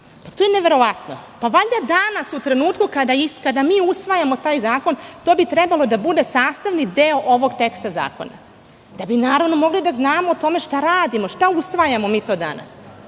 To je neverovatno. Valjda danas, u trenutku kada mi usvajamo taj zakon, to bi trebalo da bude sastavni deo ovog teksta zakona, da mogli da znamo o tome šta radimo, šta to usvajamo danas. Meni